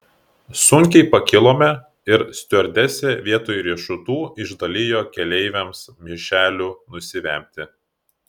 sunkiai pakilome ir stiuardesė vietoj riešutų išdalijo keleiviams maišelių nusivemti